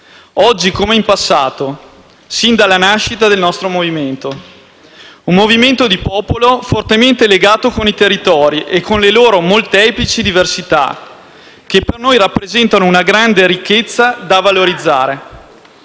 oggi come in passato, sin dalla nascita del nostro movimento; un movimento di popolo fortemente legato ai territori, con le loro molteplici diversità, che per noi rappresentano una grande ricchezza da valorizzare.